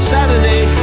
Saturday